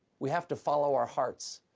we have to follow our hearts.